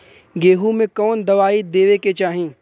गेहूँ मे कवन दवाई देवे के चाही?